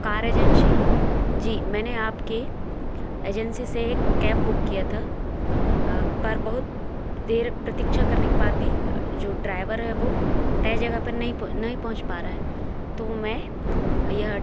car agency जी मैंने आपके एजेंसी से एक कैब बुक किया था पर बहुत देर प्रतीक्षा करने के बाद भी जो ड्राइवर है वो तय जगह पर नहीं नहीं पहुँच पा रहा है तो मैं यह